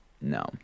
no